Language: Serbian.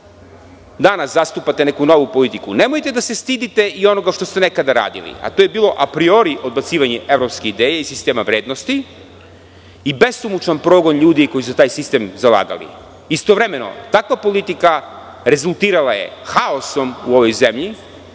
danas zastupate neku novu politiku nemojte da se stidite i onoga što ste nekada radili, a to je bilo apriori odbacivanja evropske ideje i sistema vrednosti i besomučan progon ljudi koji su se za taj sistem zalagali. Istovremeno, takva politika rezultirala je haosom u ovoj zemlji